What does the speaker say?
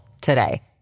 today